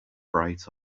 bright